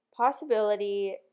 Possibility